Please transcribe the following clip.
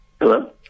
Hello